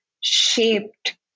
shaped